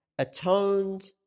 atoned